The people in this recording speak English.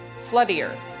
floodier